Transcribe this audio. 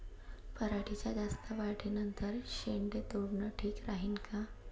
पराटीच्या जास्त वाढी नंतर शेंडे तोडनं ठीक राहीन का?